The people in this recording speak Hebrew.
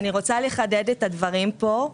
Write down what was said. אני רוצה לחדד את הדברים פה.